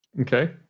Okay